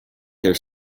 there